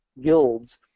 guilds